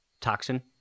toxin